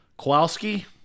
Kowalski